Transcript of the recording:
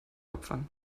opfern